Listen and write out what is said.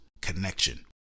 connection